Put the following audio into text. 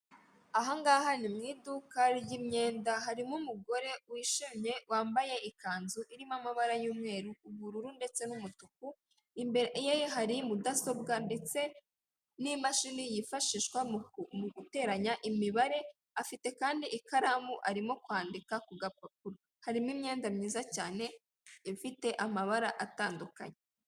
Aha ngaha ni mu iduka ry'imyenda, harimo umugore wishimye wambaye ikanzu irimo amabara y'umweru, ubururu ndetse n'umutuku, imbere ye hari mudasobwa ndetse n'imashini yifashishwa mu guteranya imibare, afite kandi ikaramu arimo kwandika ku gapapuro. Harimo imyenda myiza cyane ifite amabara atandukanye.